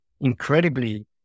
incredibly